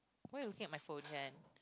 why you looking at my phone kan